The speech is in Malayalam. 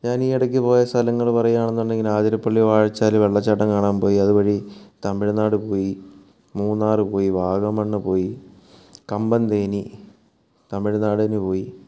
ഞാൻ ഈ ഇടക്ക് പോയ സ്ഥലങ്ങൾ പറയുകയാണെന്നുണ്ടെങ്കിൽ അതിരപ്പള്ളി വാഴച്ചാൽ വെള്ളച്ചാട്ടം കാണാൻ പോയി അതുവഴി തമിഴ്നാട് പോയി മൂന്നാറ് പോയി വാഗമൺ പോയി കമ്പം തേനി തമിഴ്നാടിനു പോയി